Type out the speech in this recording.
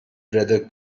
brother